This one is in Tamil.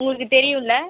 உங்களுக்கு தெரியும்லை